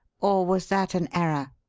or was that an error?